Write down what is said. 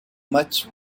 much